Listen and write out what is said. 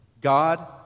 God